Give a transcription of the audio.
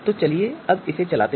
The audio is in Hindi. तो चलिए इसे चलाते हैं